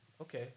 okay